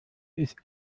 ist